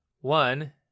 One